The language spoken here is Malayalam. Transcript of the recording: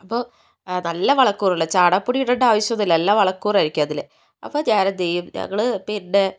അപ്പോൾ നല്ല വളക്കൂറുള്ള ചാണകപ്പൊടി ഇടണ്ട ആവശ്യമൊന്നുമില്ല നല്ല വളക്കൂറായിരിക്കും അതിൽ അപ്പം ഞാനെന്തു ചെയ്യും ഞങ്ങൾ പിന്നെ